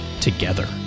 Together